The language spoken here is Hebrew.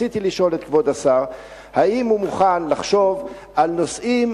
רציתי לשאול את כבוד השר אם הוא מוכן לחשוב על נושאים,